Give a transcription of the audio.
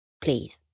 please